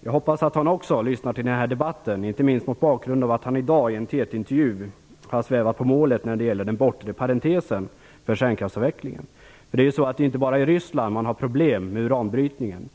Jag hoppas att han också lyssnar till denna debatt, inte minst mot bakgrund av att han i dag i en TT-intervju har svävat på målen när det gäller den bortre parentesen för kärnkraftsavvecklingen. Det är inte bara i Ryssland som det finns problem med uranbrytningen.